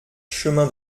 chemin